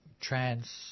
trans